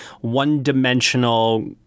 one-dimensional